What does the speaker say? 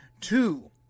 two